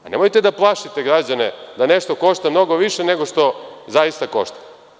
Nemojte da plašite građane da nešto košta mnogo više nego što zaista košta.